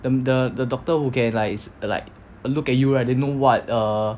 the the the doctor who can like s~ like look at you right then know what err